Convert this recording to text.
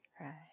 Right